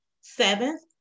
Seventh